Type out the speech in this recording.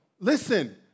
Listen